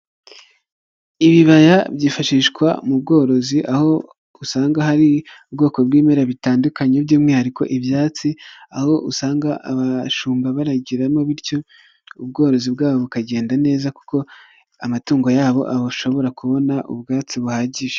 Ibibaya byifashishwa mu bworozi, aho usanga hari ubwoko bw'ibimera bitandukanye by'umwihariko ibyatsi, aho usanga abashumba bagiramo, bityo ubworozi bwabo bukagenda neza, kuko amatungo yabo ashobora kubona ubwatsi buhagije.